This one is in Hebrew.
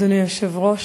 אדוני היושב-ראש,